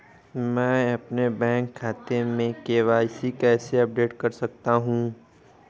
मैं अपने बैंक खाते में के.वाई.सी कैसे अपडेट कर सकता हूँ?